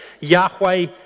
Yahweh